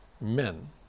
men